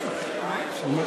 בשתיהן שמי לא הוזכר.